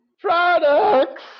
Products